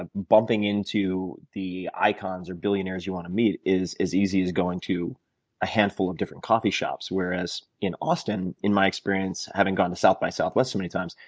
ah bumping into the icons or billionaires you want to meet is as easy as going to a handful of different coffee shops whereas in austin in my experience having gone to south by southwest so many times,